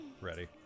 ready